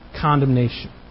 condemnation